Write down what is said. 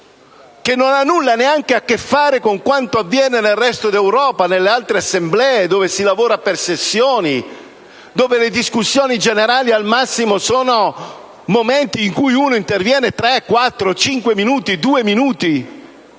che non ha nulla neanche a che fare con quanto avviene nel resto d'Europa, nelle altre Assemblee, dove si lavora per sessioni, dove le discussioni generali al massimo sono momenti in cui un oratore interviene per due, tre, quattro, cinque minuti. Per sette